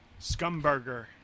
Scumburger